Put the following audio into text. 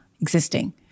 existing